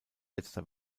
letzter